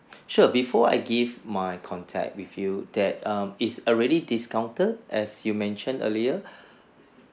sure before I give my contact with you that um it's already discounted as you mentioned earlier